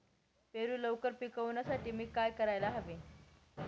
पेरू लवकर पिकवण्यासाठी मी काय करायला हवे?